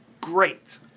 great